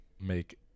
make